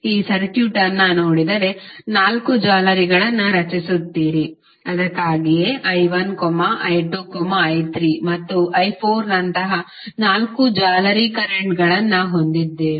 ಈ ಸರ್ಕ್ಯೂಟ್ ಅನ್ನು ನೋಡಿದರೆ ನಾಲ್ಕು ಜಾಲರಿಗಳನ್ನು ರಚಿಸುತ್ತೀರಿ ಅದಕ್ಕಾಗಿಯೇ i1 i2 i3 ಮತ್ತು i4 ನಂತಹ ನಾಲ್ಕು ಜಾಲರಿ ಕರೆಂಟ್ಗಳನ್ನು ಹೊಂದಿದ್ದೇವೆ